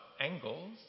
angles